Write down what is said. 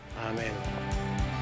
Amen